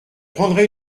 prendrai